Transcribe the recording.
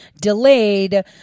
delayed